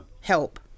help